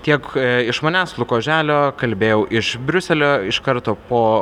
tiek iš manęs luko oželio kalbėjau iš briuselio iš karto po